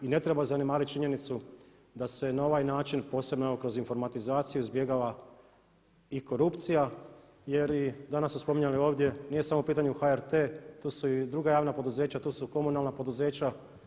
I ne treba zanemariti činjenicu da se na ovaj način posebno kroz informatizaciju izbjegava i korupcija jer i danas smo spominjali ovdje, nije samo u pitanju HRT, tu su i druga javna poduzeća, tu su komunalna poduzeća.